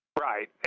Right